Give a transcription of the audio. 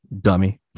Dummy